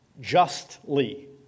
justly